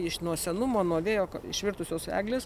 iš nuo senumo nuo vėjo išvirtusios eglės